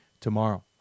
tomorrow